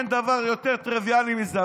שאין דבר יותר טריוויאלי מזה,